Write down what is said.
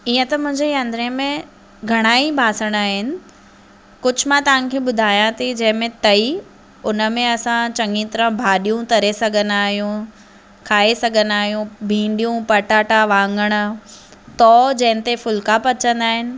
इअं त मुंहिंजे रंधणे में घणा ई ॿासण आहिनि कुझु मां तव्हांखे बुधायां थी जंहिं में तई हुन में असां चङी तरह भाॼियूं तरे सघंदा आहियूं खाई सघंदा आहियूं भींड़ियूं पटाटा वाङणु तओ जंहिं ते फुल्का पचंदा आहिनि